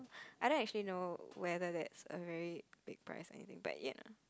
I didn't actually know whether that's a very big prize anything but yet